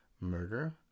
murder